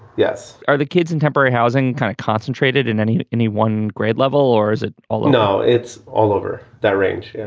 yes. are the kids in temporary housing kind of concentrated in any any one grade level or is it all now? it's all over that range. yeah